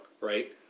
Right